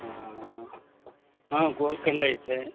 ಹಾಂ ಹಾಂ ಹಾಂ ಹಾಂ ಗೋಲ್ಕಂಡ್ ಐತೆ